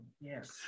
yes